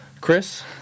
Chris